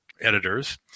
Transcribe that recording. editors